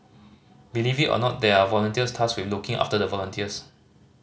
believe it or not there are volunteers tasked with looking after the volunteers